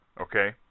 okay